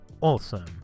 awesome